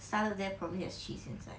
salad there probably has cheese inside